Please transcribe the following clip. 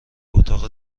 اتاق